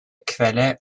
quelle